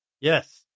Yes